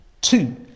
Two